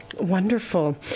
Wonderful